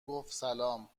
گفتسلام